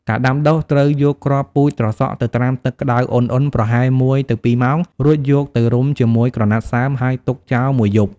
ការដាំដុះត្រូវយកគ្រាប់ពូជត្រសក់ទៅត្រាំទឹកក្តៅឧណ្ហៗប្រហែល ១ ទៅ ២ ម៉ោង រួចយកទៅរុំជាមួយក្រណាត់សើមហើយទុកចោល ១ យប់។